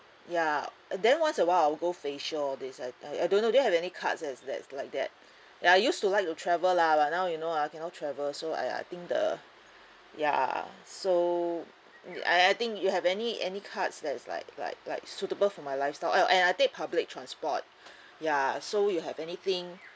ya then once a while I'll go facial all these I I I don't know do you have any cards that's that's like that I used to like to travel lah but now you know ah cannot travel so I I think the ya so I I think you have any any cards that's like like like suitable for my lifestyle oh and I take public transport ya so you have anything